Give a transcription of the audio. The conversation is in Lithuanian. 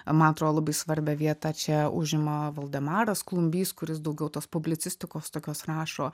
ma atro labai svarbią vietą čia užima valdemaras klumbys kuris daugiau tos publicistikos tokios rašo